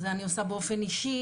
זה אני עושה באופן אישי,